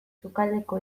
sukaldeko